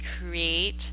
create